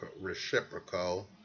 reciprocal